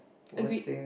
agreed